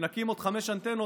שנקים עוד חמש אנטנות,